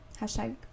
hashtag